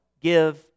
Give